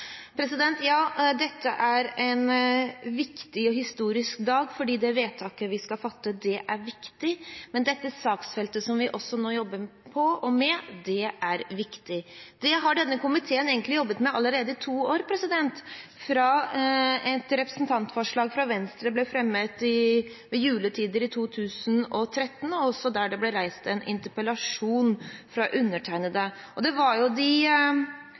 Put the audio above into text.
en viktig og historisk dag fordi det vedtaket vi skal fatte, er viktig, men også dette saksfeltet som vi nå jobber med, er viktig. Det har denne komiteen egentlig jobbet med allerede i to år, fra et representantforslag fra Venstre ble fremmet ved juletider i 2013, og da det også ble reist en interpellasjon fra undertegnede. Det var enkeltsakene rundt omkring i landet som gjorde at engasjementet kom inn i denne salen. Det var